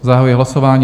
Zahajuji hlasování.